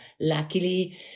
Luckily